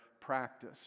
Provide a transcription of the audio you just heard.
practice